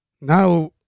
now